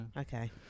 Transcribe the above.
Okay